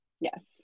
yes